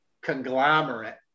conglomerate